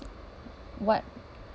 what